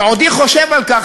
בעודי חושב על כך,